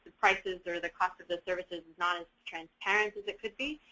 price is there, the cost of the services is not as transparent as it could be.